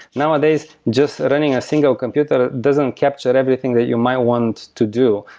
nowadays, just running a single computer doesn't capture everything that you might want to do.